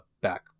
back